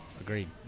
Agreed